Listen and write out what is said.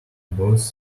bust